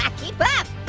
ah keep up.